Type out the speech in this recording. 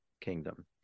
kingdom